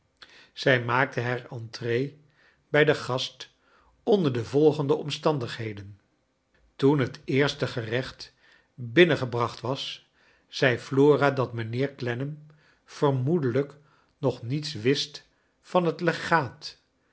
zij maakte haar entree brj den gast onder de volgende omstandigheden toen het eerste gerecht binnengebracht was zei flora dat mijnheer clennam vermoedelijk nog niets wist van het legaat